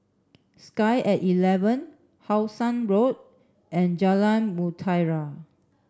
sky at eleven How Sun Road and Jalan Mutiara